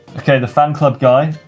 okay, the fanclub guy,